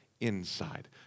inside